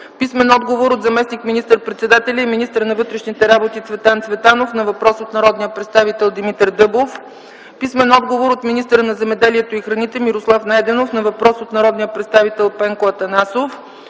Фидосова; - от заместник министър-председателя и министър на вътрешните работи Цветан Цветанов на въпрос от народния представител Димитър Дъбов; - от министъра на земеделието и храните Мирослав Найденов на въпрос от народния представител Пенко Атанасов;